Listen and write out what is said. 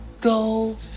go